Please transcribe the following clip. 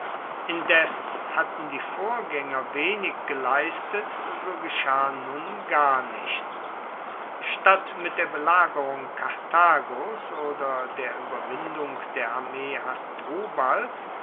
indes hatten die vorgänger wenig geleistet so geschah nun gar nichts statt mit der belagerung karthagos oder der überwindung der armee